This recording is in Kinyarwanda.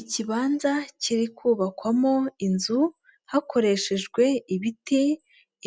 Ikibanza kiri kubakwamo inzu hakoreshejwe ibiti,